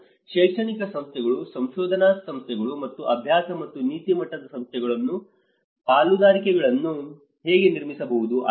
ನಾವು ಶೈಕ್ಷಣಿಕ ಸಂಸ್ಥೆಗಳು ಸಂಶೋಧನಾ ಸಂಸ್ಥೆಗಳು ಮತ್ತು ಅಭ್ಯಾಸ ಮತ್ತು ನೀತಿ ಮಟ್ಟದ ಸಂಸ್ಥೆಗಳೊಂದಿಗೆ ಪಾಲುದಾರಿಕೆಯನ್ನು ಹೇಗೆ ನಿರ್ಮಿಸಬಹುದು